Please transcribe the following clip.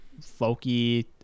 Folky